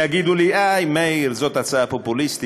יגידו לי: איי, מאיר, זאת הצעה פופוליסטית.